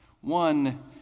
one